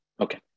Okay